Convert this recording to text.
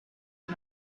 are